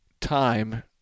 time –